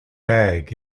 bag